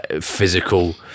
physical